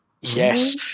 Yes